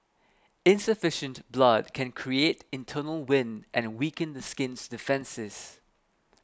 insufficient blood can create internal wind and weaken the skin's defences